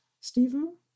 Stephen